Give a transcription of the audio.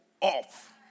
off